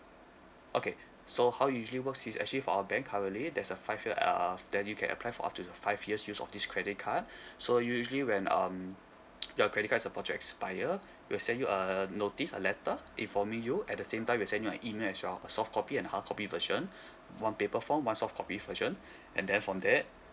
okay so how you usually works is actually for our bank currently there's a five year uh that you can apply for up to five years use of this credit card so usually when um your credit card suppose to expire we'll send you a notice a letter informing you at the same time we'll send you an email as well soft copy and hard copy version one paper form one soft copy version and then from that